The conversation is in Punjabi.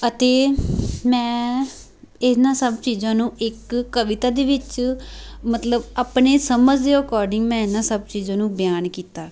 ਅਤੇ ਮੈਂ ਇਹਨਾਂ ਸਭ ਚੀਜ਼ਾਂ ਨੂੰ ਇੱਕ ਕਵਿਤਾ ਦੇ ਵਿੱਚ ਮਤਲਬ ਆਪਣੇ ਸਮਝ ਦੇ ਅਕੋਡਿੰਗ ਮੈਂ ਇਹਨਾਂ ਸਭ ਚੀਜ਼ਾਂ ਨੂੰ ਬਿਆਨ ਕੀਤਾ